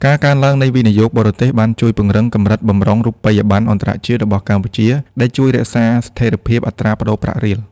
ការកើនឡើងនៃវិនិយោគបរទេសបានជួយពង្រឹងកម្រិតបម្រុងរូបិយប័ណ្ណអន្តរជាតិរបស់កម្ពុជា ដែលជួយរក្សាស្ថិរភាពអត្រាប្តូរប្រាក់រៀល។